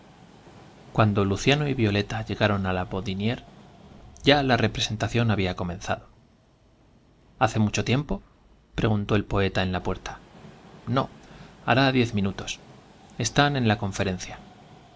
cuando l'uciano y violeta llegaron á la bodinniere había comenzado ya la representación hace mucho tiempo preguntó el poeta en la puerta no hará diez minutos están enia conferencia la conferencia